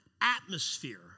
atmosphere